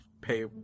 pay